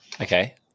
Okay